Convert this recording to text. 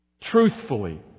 Truthfully